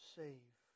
save